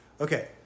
Okay